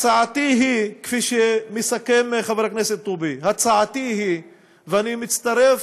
הצעתי היא, כפי שמסכם חבר הכנסת טובי, ואני מצטרף,